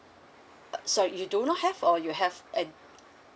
uh sorry you do not have or you have an